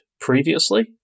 previously